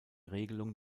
regelung